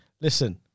Listen